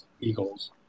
Eagles